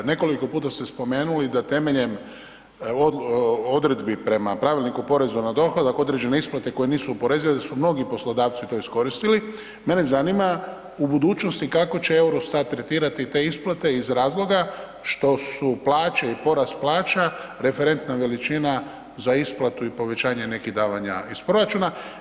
Nekoliko puta ste spomenuli da temeljem odredbi prema Pravilniku o porezu na dohodak, određene isplate koje su nisu oporezive, da su mnogi poslodavci to iskoristili, mene zanima u budućnosti kao će EUROSTAT tretirati te isplati iz razloga što su plaće i porast plaća referentna veličina za isplatu i povećanje nekih davanja iz proračuna.